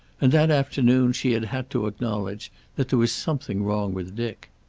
and that afternoon she had had to acknowledge that there was something wrong with dick.